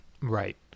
Right